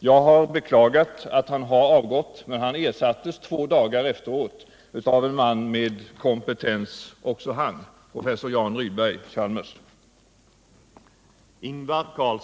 Jag har beklagat att han har avgått, men han ersattes två dagar efteråt av en man, också han med kompetens, professor Jan Rydberg vid Chalmers.